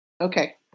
Okay